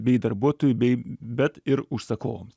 bei darbuotojui bei bet ir užsakovams